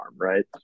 right